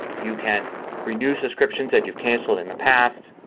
you can renew subscriptions that you've canceled in the past,